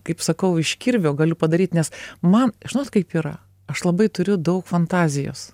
kaip sakau iš kirvio galiu padaryt nes man žinot kaip yra aš labai turiu daug fantazijos